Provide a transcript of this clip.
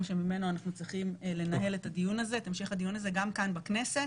שממנו אנחנו צריכים לנהל את המשך הדיון הזה גם כאן בכנסת,